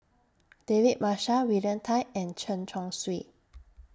David Marshall William Tan and Chen Chong Swee